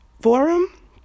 forum